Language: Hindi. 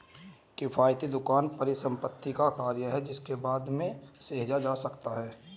किफ़ायती दुकान परिसंपत्ति का कार्य है जिसे बाद में सहेजा जा सकता है